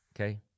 okay